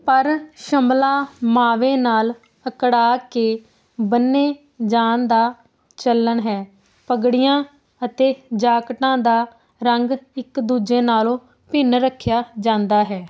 ਪਰ ਸ਼ਮਲਾ ਮਾਵੇ ਨਾਲ ਅਕੜਾ ਕੇ ਬੰਨ੍ਹੇ ਜਾਣ ਦਾ ਚੱਲਣ ਹੈ ਪੱਗੜੀਆਂ ਅਤੇ ਜਾਕਟਾਂ ਦਾ ਰੰਗ ਇੱਕ ਦੂਜੇ ਨਾਲੋਂ ਭਿੰਨ ਰੱਖਿਆ ਜਾਂਦਾ ਹੈ